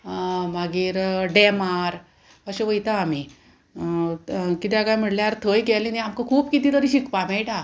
मागीर डेमार अशें वयता आमी किद्याक काय म्हणल्यार थंय गेले न्ही आमकां खूब कितें तरी शिकपाक मेयटा